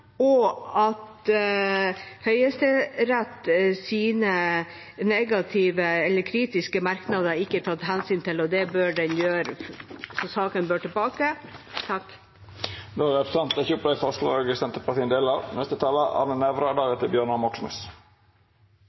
og at Høyesteretts kritiske merknader ikke er tatt hensyn til. Det bør den gjøre, så saken bør sendes tilbake. Representanten Siv Mossleth har teke opp dei forslaga ho refererte til. Dette er